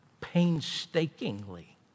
painstakingly